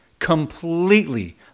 Completely